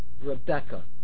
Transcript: Rebecca